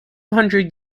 hundred